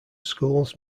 schools